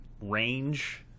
range